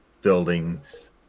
buildings